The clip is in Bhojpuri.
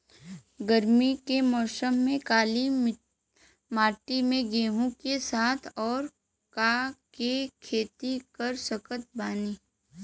गरमी के मौसम में काली माटी में गेहूँ के साथ और का के खेती कर सकत बानी?